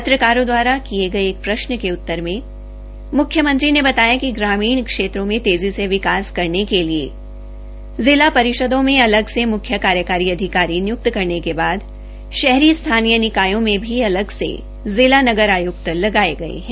पत्रकारों द्वारा किए एक प्रश्न के उत्तर में मुख्यमंत्री ने बताया कि ग्रामीण क्षेत्रों में तेजी से विकास करने के लिए जिला परिषदों में अलग से मुख्य कार्यकारी अधिकारी नियुक्त करने के बाद शहरी स्थानीय निकायों में भी अलग से जिलीा नगर आयुक्त लगाए गए हैं